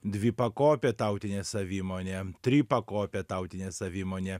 dvipakopė tautinė savimonė tripakopė tautinė savimonė